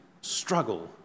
struggle